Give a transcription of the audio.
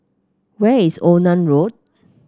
where is Onan Road